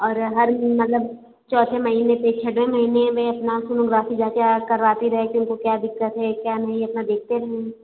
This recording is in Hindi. और हर मतलब चौथे महीने पर छठवें महीने में अपना सोनोग्राफी जा कर आ करवाती रहें कि उनको क्या दिक्कत हैं क्या नहीं हैं अपना देखते रहें